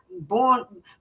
born